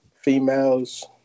females